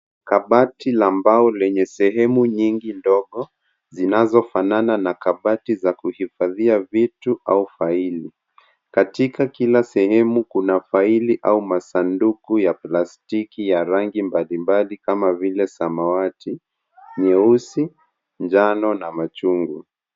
Kabati la mbao lenye sehemu nyingi ndogo, zinazofanana na kabati za kuhifadhia vitu au faili. Katika kila sehemu kuna faili au masanduku ya plastiki ya rangi mbalimbali kama vile; samawati, nyeusi, njano na machungwa.